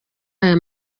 aya